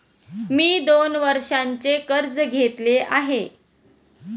मी दोन वर्षांचे कर्ज घेतले आहे